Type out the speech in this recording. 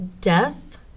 death